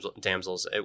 damsels